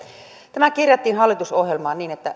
tämä kirjattiin hallitusohjelmaan niin että